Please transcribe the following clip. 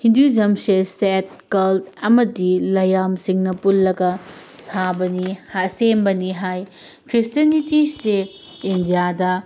ꯍꯤꯟꯗꯨꯏꯁꯝꯁꯦ ꯁꯦꯠ ꯀꯜ ꯑꯃꯗꯤ ꯂꯥꯏꯌꯥꯝꯁꯤꯡꯅ ꯄꯨꯜꯂꯒ ꯁꯥꯕꯅꯤ ꯁꯦꯝꯕꯅꯤ ꯍꯥꯏ ꯈ꯭ꯔꯤꯁꯥꯅꯤꯇꯤꯁꯦ ꯏꯟꯗꯤꯌꯥꯗ